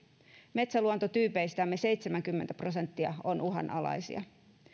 metsäluontotyypeistämme seitsemänkymmentä prosenttia on uhanalaisia